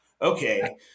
okay